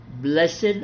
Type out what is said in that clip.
Blessed